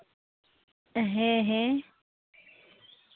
ᱦᱮᱸ ᱦᱮᱸ